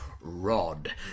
rod